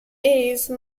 ease